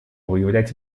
выявлять